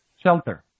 Shelter